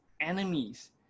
enemies